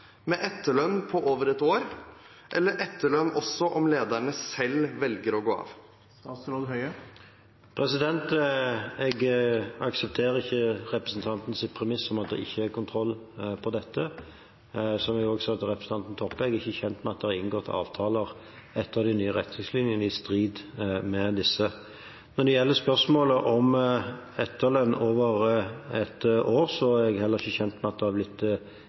med etterlønn på over ett år eller etterlønn også om lederne selv velger å gå av. Jeg aksepterer ikke representantens premiss om at det ikke er kontroll på dette. Som jeg også sa til representanten Toppe, er jeg ikke kjent med at det er inngått avtaler som er i strid med de nye retningslinjene . Når det gjelder spørsmålet om etterlønn over ett år, er jeg heller ikke kjent med at det har blitt